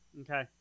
Okay